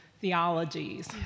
theologies